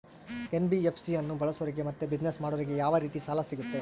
NBFC ಅನ್ನು ಬಳಸೋರಿಗೆ ಮತ್ತೆ ಬಿಸಿನೆಸ್ ಮಾಡೋರಿಗೆ ಯಾವ ರೇತಿ ಸಾಲ ಸಿಗುತ್ತೆ?